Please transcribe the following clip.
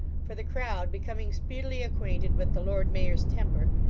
for the crowd, becoming speedily acquainted with the lord mayor's temper,